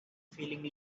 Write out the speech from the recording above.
feeling